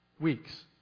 weeks